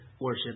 worship